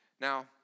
Now